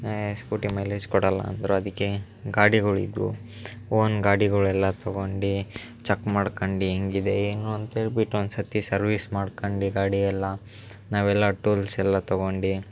ಏಯ್ scooty mileage ಕೊಡೋಲ್ಲ ಅಂದರು ಅದಕ್ಕೆ ಗಾಡಿಗಳಿದ್ವು ಓನ್ ಗಾಡಿಗಳೆಲ್ಲ ತೊಗೊಂಡು ಚೆಕ್ ಮಾಡ್ಕಂಡು ಹೇಗಿದೆ ಹೆಂಗೆ ಅಂತ ಹೇಳ್ಬಿಟ್ಟು ಒಂದು ಸರ್ತಿ ಸರ್ವಿಸ್ ಮಾಡ್ಕಂಡು ಗಾಡಿಯೆಲ್ಲ ನಾವೆಲ್ಲ ಟೂಲ್ಸ್ ಎಲ್ಲ ತೊಗೊಂಡು